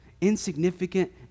Insignificant